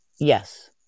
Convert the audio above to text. Yes